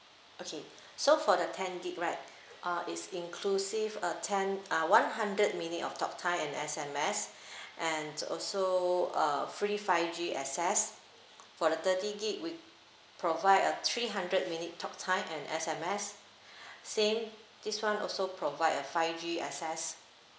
okay so for the ten gig right uh it's inclusive a ten uh one hundred minute of time and S_M_S and also uh free five G access for the thirty gig we provide a three hundred minute talk time and S_M_S same this one also provide a five G access